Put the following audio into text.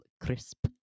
crisp